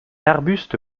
arbuste